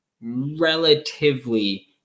relatively